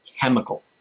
chemical